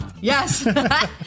Yes